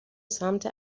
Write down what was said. سمت